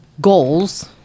goals